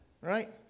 right